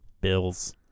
bills